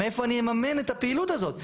מאיפה אני אממן את הפעילות הזאת?